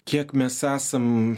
kiek mes esam